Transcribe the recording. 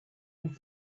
and